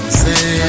say